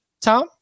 Tom